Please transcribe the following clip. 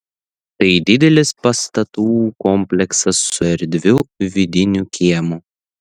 tai didelis pastatų kompleksas su erdviu vidiniu kiemu